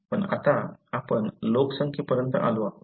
पण आता आपण लोकसंख्येपर्यंत आलो आहोत